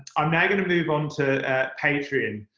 i'm not going to move on to patreon,